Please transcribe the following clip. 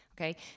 Okay